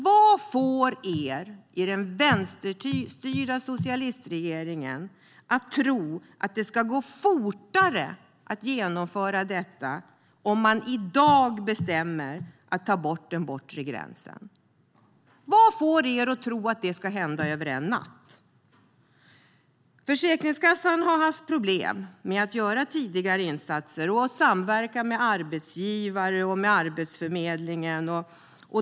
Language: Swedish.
Vad får er i den vänsterstyrda socialistregeringen att tro att det skulle gå fortare att genomföra detta om man i dag bestämmer att den bortre tidsgränsen ska tas bort? Vad får er att tro att det ska hända över en natt? Försäkringskassan har haft problem med att göra tidigare insatser och samverka med arbetsgivarna och Arbetsförmedlingen.